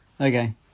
Okay